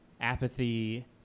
apathy